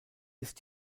ist